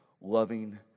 loving